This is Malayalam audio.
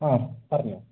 ആ പറഞ്ഞൊ